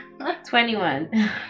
21